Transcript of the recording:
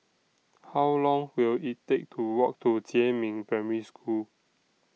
How Long Will IT Take to Walk to Jiemin Primary School